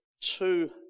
two